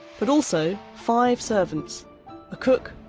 but also five servants a cook,